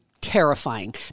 terrifying